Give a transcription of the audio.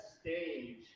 stage